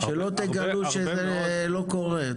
שלא תגלו שזה לא קורה.